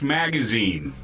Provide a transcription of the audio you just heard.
magazine